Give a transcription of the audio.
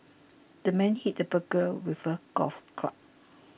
the man hit the burglar with a golf club